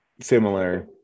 similar